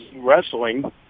wrestling